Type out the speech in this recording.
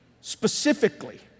specifically